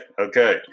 okay